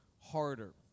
harder